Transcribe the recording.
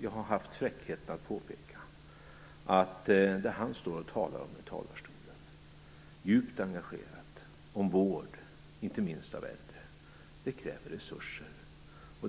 Jag har haft fräckheten att påpeka att det för det som han djupt engagerat talar om från denna talarstol - vård, inte minst av äldre - krävs resurser och